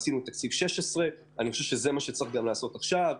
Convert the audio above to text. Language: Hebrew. אני חושב שכך יש לעשות עכשיו.